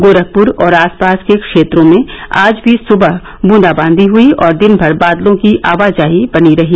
गोरखपुर और आसपास के क्षेत्रों में आज भी सुबह बूंदावृंदी हई और दिन भर बादलों की आवाजाही बनी रही